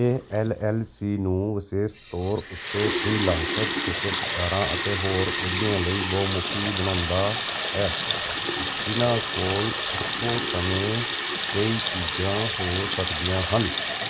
ਇਹ L L C ਨੂੰ ਵਿਸ਼ੇਸ਼ ਤੌਰ ਉੱਤੇ ਫ੍ਰੀਲਾਂਸਰ ਠੇਕੇਦਾਰਾਂ ਅਤੇ ਹੋਰ ਉੱਦਮੀਆਂ ਲਈ ਬਹੁਮੁਖੀ ਬਣਾਉਂਦਾ ਹੈ ਜਿਨ੍ਹਾਂ ਕੋਲ ਇੱਕੋ ਸਮੇਂ ਕਈ ਚੀਜ਼ਾਂ ਹੋ ਸਕਦੀਆਂ ਹਨ